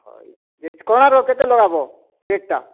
ହଏ କୋଣାର୍କ କେତେ ଲଗାବ ରେଟ୍ଟା